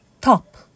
Top